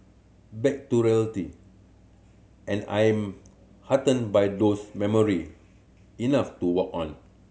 back to reality and I am heartened by those memory enough to walk on